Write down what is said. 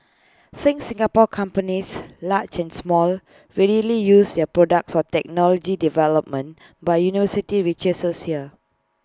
think Singapore companies large and small readily use their products or technology development by university researchers here